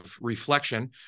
reflection